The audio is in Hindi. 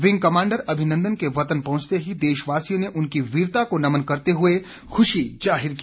विंग कमांडर अभिनंदन के वतन पहुंचते ही देशवासियों ने उनकी वीरता को नमन करते हुए खुशी जाहिर की